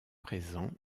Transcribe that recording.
présent